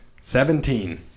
Seventeen